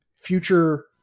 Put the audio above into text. future